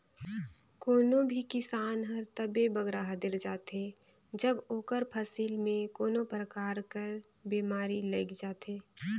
कोनो भी किसान हर तबे बगरा हदेर जाथे जब ओकर फसिल में कोनो परकार कर बेमारी लइग जाथे